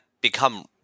become